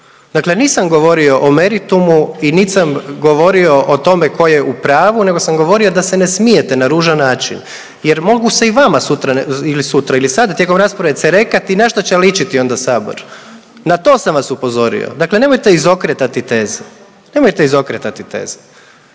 dakle nisam govorio o meritumu i nit sam govorio o tome ko je u pravu nego sam govorio da se ne smijete na ružan način jer mogu se i vama sutra ili sutra ili sada tijekom rasprave cerekati i na što će ličiti onda sabor na to sam vas upozorio, dakle nemojte izokretati teze. Nemojte izokretati teze.